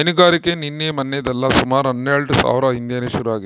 ಹೈನುಗಾರಿಕೆ ನಿನ್ನೆ ಮನ್ನೆದಲ್ಲ ಸುಮಾರು ಹನ್ನೆಲ್ಡು ಸಾವ್ರ ಹಿಂದೇನೆ ಶುರು ಆಗಿತ್ತು